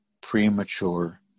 premature